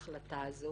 ההחלטה הזאת